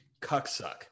cucksuck